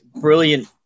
brilliant